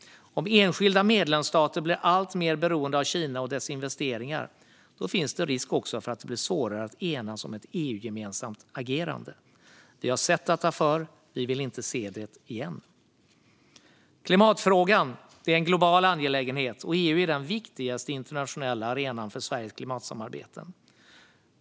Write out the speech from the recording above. Om enskilda medlemsstater blir alltmer beroende av Kina och dess investeringar finns risk för att det blir svårare att enas om ett EU-gemensamt agerande. Vi har sett detta förr och vill inte se det igen. Klimatfrågan är en global angelägenhet, och EU är den viktigaste internationella arenan för Sveriges klimatsamarbeten.